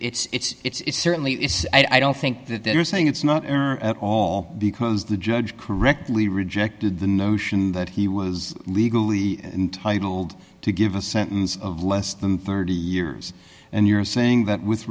think it's it's certainly it's i don't think that they're saying it's not at all because the judge correctly rejected the notion that he was legally entitled to give a sentence of less than thirty years and you're saying that with